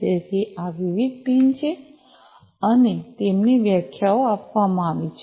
તેથી આ વિવિધ પિન છે અને તેમની વ્યાખ્યાઓ આપવામાં આવી છે